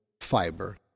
fiber